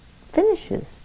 finishes